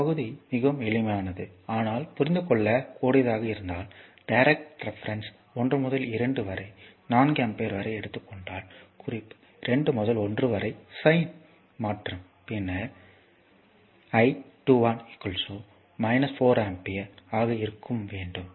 இந்த பகுதி மிகவும் எளிமையானது ஆனால் புரிந்து கொள்ளக் கூடியதாக இருந்தால் டைரக்ட் ரெபரென்ஸ் 1 முதல் 2 வரை 4 ஆம்பியர் வரை எடுத்துக் கொண்டால் குறிப்பு 2 முதல் 1 வரை சைன் மாற்றம் பின்னர் I21 4 ஆம்பியர் ஆக இருக்க வேண்டும்